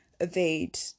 evade